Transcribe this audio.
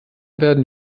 werden